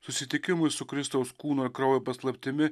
susitikimui su kristaus kūno ir kraujo paslaptimi